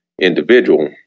individual